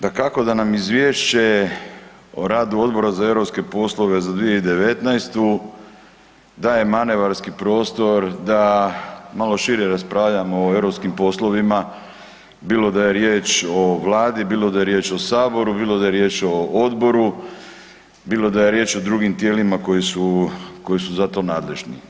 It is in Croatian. Dakako da nam Izvješće o radu Odbora za europske poslove za 2019. daje manevarski prostor da malo šire raspravljamo o europskim poslovima, bilo da je riječ o Vladi, bilo da je riječ o Saboru, bilo da je riječ o Odboru, bilo da je riječ o drugim tijelima koji su za to nadležni.